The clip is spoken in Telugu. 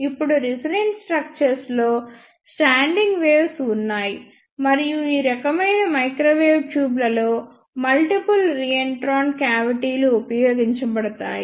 ఇప్పుడు రెసొనెంట్ స్ట్రక్చర్స్ లో స్టాండింగ్ వేవ్స్ ఉన్నాయి మరియు ఈ రకమైన మైక్రోవేవ్ ట్యూబ్ లలో మల్టిపుల్ రిఎంట్రన్ట్ క్యావిటీలు ఉపయోగించబడతాయి